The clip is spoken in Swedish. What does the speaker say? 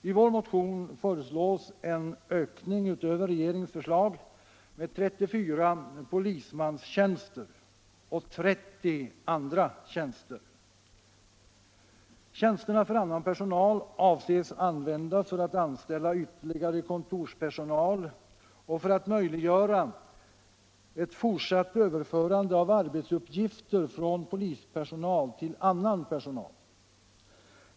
I vår motion föreslås en ökning utöver regeringens förslag med 34 polismanstjänster och 30 andra tjänster. Tjänsterna för annan personal avses användas för att anställa ytterligare kontorspersonal och för att möjliggöra ett fortsatt överförande av arbetsuppgifter från polispersonal till annan personal.